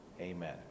amen